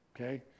okay